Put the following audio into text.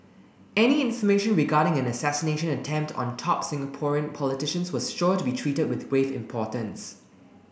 any information regarding an assassination attempt on top Singapore politicians was sure to be treated with grave importance